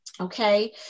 okay